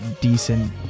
decent